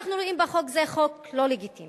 אנחנו רואים בחוק הזה חוק לא לגיטימי